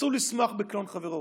אסור לשמוח בקלון חברו,